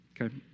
Okay